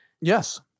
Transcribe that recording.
Yes